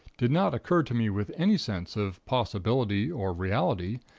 did not occur to me with any sense of possibility or reality.